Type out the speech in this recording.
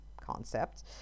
concept